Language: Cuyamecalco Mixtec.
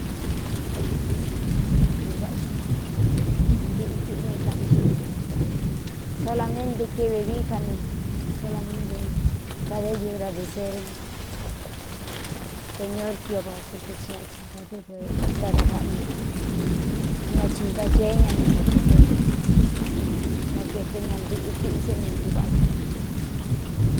U ntvaꞌau ɨ ntɨ̄ꞌɨ kuiꞌi na ikaꞌan i xuꞌu ne ntuvaꞌa cu solaménte keve vií já ne solaménte kadé ñuradē ser señor gioba porke ti ñachi ngādɨvɨ ntáda vaꞌa ña ñuꞌu ña chi ngaceé ña ne naqete ña ntɨ̄ꞌɨ kuii chɨé ne ntuváꞌa chu.